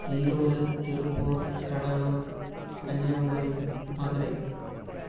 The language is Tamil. ஈரோடு திருப்பூர் கடலூர் கன்னியாகுமரி மதுரை